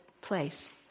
place